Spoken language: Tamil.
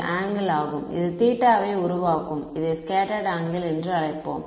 இது ஆங்கிள் ஆகும் இது தீட்டாவை உருவாக்கும் இதை ஸ்கேட்டர்டு ஆங்கிள் என்று அழைப்போம்